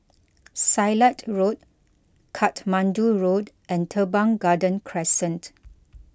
Silat Road Katmandu Road and Teban Garden Crescent